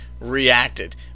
reacted